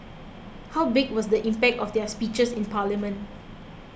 how big was the impact of their speeches in parliament